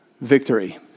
Victory